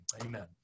Amen